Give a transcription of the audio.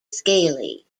scaly